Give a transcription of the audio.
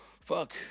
Fuck